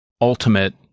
ultimate